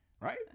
right